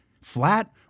Flat